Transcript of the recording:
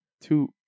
two